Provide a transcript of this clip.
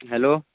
hello